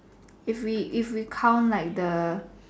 if we if we count like the